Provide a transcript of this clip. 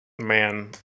Man